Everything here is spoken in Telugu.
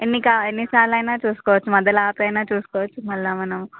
ఎన్ని కా ఎన్నిసార్లు అయిన చూసుకోవచ్చు మధ్యలో ఆపి అయిన చూసుకోవచ్చు మరల మనం